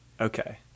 Okay